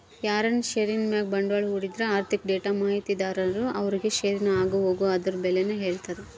ಯಾರನ ಷೇರಿನ್ ಮ್ಯಾಗ ಬಂಡ್ವಾಳ ಹೂಡಿದ್ರ ಆರ್ಥಿಕ ಡೇಟಾ ಮಾಹಿತಿದಾರರು ಅವ್ರುಗೆ ಷೇರಿನ ಆಗುಹೋಗು ಅದುರ್ ಬೆಲೇನ ಹೇಳ್ತಾರ